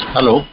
Hello